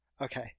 Okay